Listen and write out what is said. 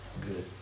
good